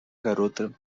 garota